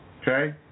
okay